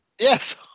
yes